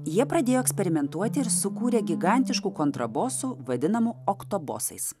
jie pradėjo eksperimentuoti ir sukūrė gigantiškų kontrabosų vadinamų oktobosais